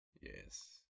Yes